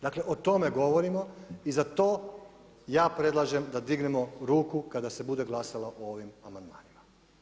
Dakle o tome govorimo, i za to ja predlažem da dignemo ruku kada se bude glasalo o ovim amandmanima.